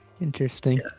Interesting